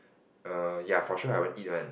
err ya for sure I won't eat one